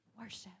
Worship